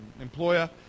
employer